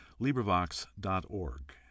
librivox.org